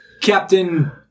Captain